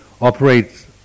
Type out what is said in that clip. operates